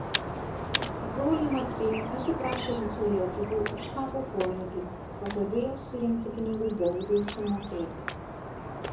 broliai maciai atsiprašė visų lietuvių už savo poelgį pažadėjo surinkti pinigų baudai sumokėti